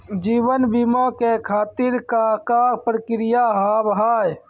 जीवन बीमा के खातिर का का प्रक्रिया हाव हाय?